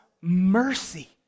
mercy